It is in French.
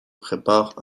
préparent